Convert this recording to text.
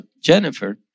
Jennifer